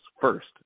first